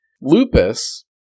Lupus